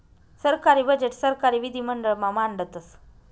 सरकारी बजेट सरकारी विधिमंडळ मा मांडतस